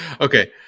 Okay